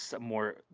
more